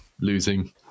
losing